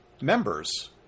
members